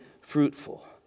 fruitful